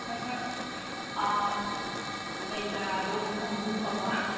ꯍꯣꯏ ꯍꯣꯏ ꯂꯩ ꯆꯥꯔꯥꯗꯣ ꯃꯁꯥ ꯃꯎ ꯐꯕ